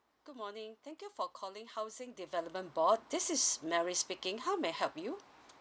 good morning thank you for calling housing development board this is mary speaking how may I help you